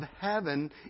heaven